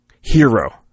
hero